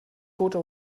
tote